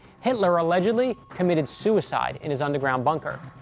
hitler allegedly committed suicide in his underground bunker.